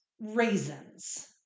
raisins